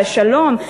לשלום,